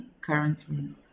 currently